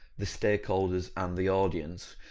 the stakeholders and the audience.